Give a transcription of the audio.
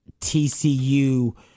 TCU